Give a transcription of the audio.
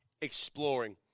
exploring